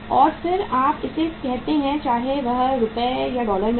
और फिर आप इसे कहते हैं चाहे वह रुपये या डॉलर में हो